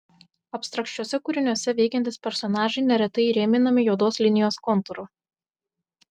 abstrakčiuose kūriniuose veikiantys personažai neretai įrėminami juodos linijos kontūru